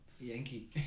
Yankee